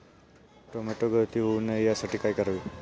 Tomato गळती होऊ नये यासाठी काय करावे?